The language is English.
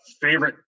favorite